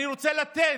אני רוצה לתת,